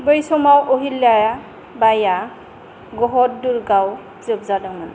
बै समाव अहिल्या बाइया गहद दुर्गाव जोबजादोंमोन